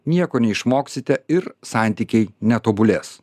nieko neišmoksite ir santykiai netobulės